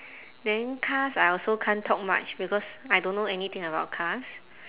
then cars I also can't talk much because I don't know anything about cars